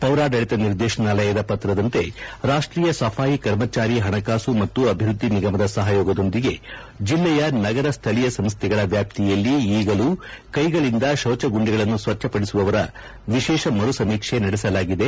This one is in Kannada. ಪೌರಾಡಳತ ನಿರ್ದೆರ್ಣಶನಾಲಯದ ಪತ್ರದಂತೆ ರಾಷ್ಟೀಯ ಸಫಾಯು ಕರ್ಮಚಾರಿ ಹಣಕಾಸು ಮತ್ತು ಅಣವೃದ್ದಿ ನಿಗಮದ ಸಹಯೋಗದೊಂದಿಗೆ ಜಲ್ಲೆಯ ನಗರ ಸ್ಥಳೀಯ ಸಂಸ್ಥೆಗಳ ವ್ಯಾಪ್ತಿಯಲ್ಲ ಈಗಲೂ ಕೈಗಳಂದ ಶೌಚಗುಂಡಿಗಳನ್ನು ಸ್ವಚ್ಹಪಡಿಸುವವರ ವಿಶೇಷ ಮರುಸಮೀಕ್ಷೆ ನಡೆಸಲಾಗಿದೆ